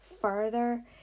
further